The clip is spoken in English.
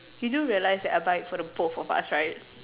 you do realize that I buy for the both of us right